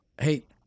hey